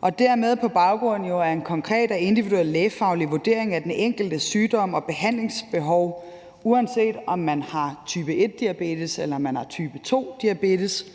og dermed jo på baggrund af en konkret og individuel lægefaglig vurdering af den enkeltes sygdom og behandlingsbehov, uanset om man har type 1-diabetes eller man har type 2-diabetes,